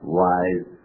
wise